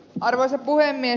arvoisa puhemies